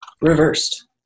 Reversed